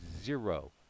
zero